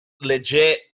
legit